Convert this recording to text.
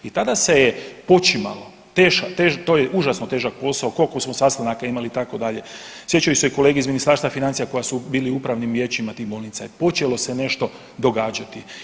I tada se je počimalo, to je užasno težak posao, koliko smo sastanaka imali itd., sjećaju se i kolege iz Ministarstva financija koji su bili u upravnim vijećima tih bolnica i počelo se nešto događati.